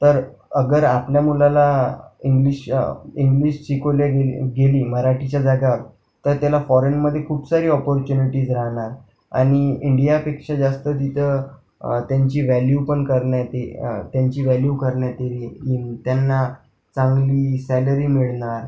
तर अगर आपल्या मुलाला इंग्लिश इंग्लिश शिकवली गे गेली मराठीच्या जाग्यावर तर त्याला फॉरेनमध्ये खूप सारी अपॉर्च्युनिटीज राहणार आणि इंडियापेक्षा जास्त तिथं त्यांची वॅल्यू पण करण्यात ये त्यांची वॅल्यू करण्यात एरवीही त्यांना चांगली सॅलरी मिळणार